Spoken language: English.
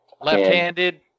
left-handed